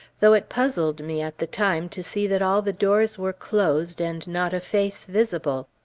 though it puzzled me at the time to see that all the doors were closed and not a face visible.